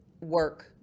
work